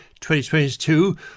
2022